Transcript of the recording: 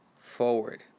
forward